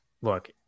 look